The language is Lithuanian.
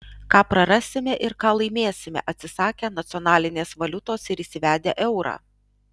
ką prarasime ir ką laimėsime atsisakę nacionalinės valiutos ir įsivedę eurą